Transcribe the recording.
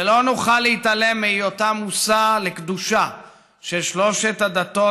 ולא נוכל להתעלם מהיותה מושא לקדושה של שלוש הדתות